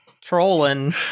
Trolling